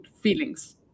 feelings